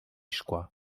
szkła